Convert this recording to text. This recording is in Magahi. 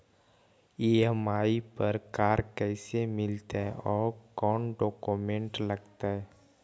ई.एम.आई पर कार कैसे मिलतै औ कोन डाउकमेंट लगतै?